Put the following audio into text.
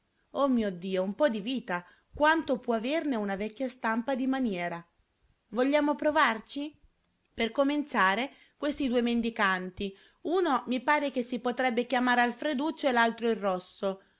oh dio mio un po di vita quanto può averne una vecchia stampa di maniera vogliamo provarci per cominciare questi due mendicanti uno mi pare che si potrebbe chiamare alfreduccio e l'altro il rosso